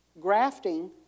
Grafting